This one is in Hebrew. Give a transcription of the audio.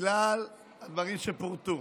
בגלל הדברים שפורטו